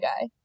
guy